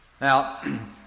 Now